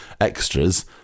extras